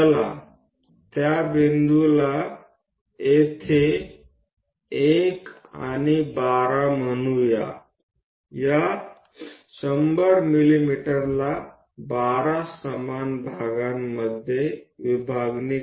ચાલો આપણે અહીંયા બિંદુ 1 બોલાવીએ અને તેને 100 mm ને 12 સમાન ભાગોમાં વિભાજીએ